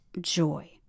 joy